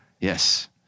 Yes